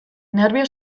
nerbio